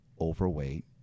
overweight